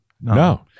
No